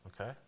okay